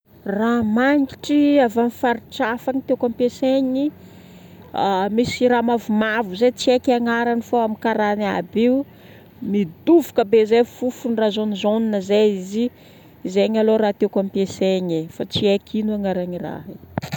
Raha mangitry avy amin'ny faritra hafa, ny tiako ampiasaigna. Misy raha mavomavo zay tsy haiky agnarany fô ao amin'ny karana aby io. Midofoka be zay ny fofony raha jaunejaune zay izy. Zegny aloha raha tiako ampiasaigna fa tsy haiko ino agnaran'i raha io.